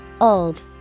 Old